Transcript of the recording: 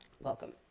Welcome